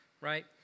right